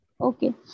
Okay